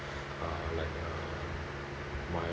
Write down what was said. uh like uh my